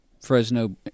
Fresno